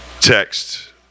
text